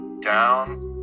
down